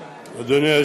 אדוני.